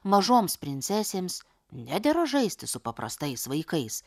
mažoms princesėms nedera žaisti su paprastais vaikais